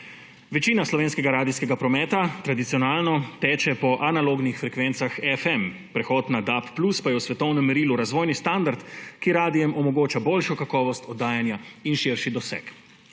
Večina slovenskega radijskega prometa tradicionalno teče po analognih frekvencah FM, prehod na DAB+ pa je v svetovnem merilu razvojni standard, ki radiem omogoča boljšo kakovost oddajanja in širši doseg.